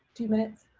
two minutes?